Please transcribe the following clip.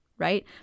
Right